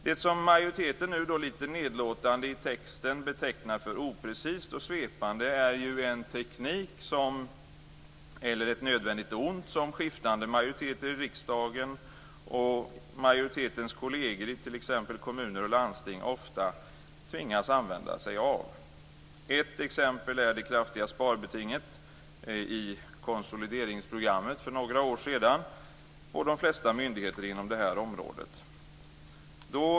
Det som majoriteten nu lite nedlåtande i texten betecknar som oprecist och svepande är ett nödvändigt ont som skiftande majoriteter i riksdagen och majoriteternas kolleger i t.ex. kommuner och landsting ofta tvingas använda sig av. Ett exempel är det kraftiga sparbetinget i konsolideringsprogrammet för några år sedan och hos de flesta myndigheter inom det här området.